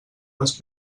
les